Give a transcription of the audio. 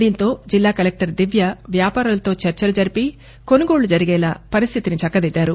దీంతో జిల్లా కలెక్లర్ దివ్య వ్యాపారులతో చర్చలు జరిపి కొనుగోళ్లు జరిగేలా పరిస్లితిని చక్కదిద్దారు